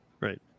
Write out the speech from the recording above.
right